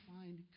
find